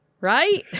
right